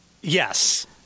Yes